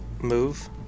move